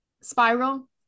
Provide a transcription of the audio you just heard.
spiral